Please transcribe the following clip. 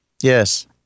Yes